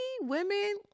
women